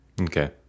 okay